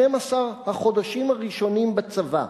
12 החודשים הראשונים בצבא,